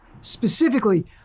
specifically